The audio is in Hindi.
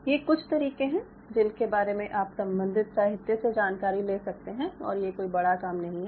ये कुछ तरीके हैं जिनके बारे में आप संबंधित साहित्य से जानकारी ले सकते हैं और ये कोई बड़ा काम नहीं है